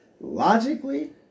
Logically